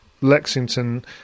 Lexington